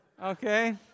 Okay